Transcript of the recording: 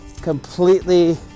completely